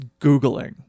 Googling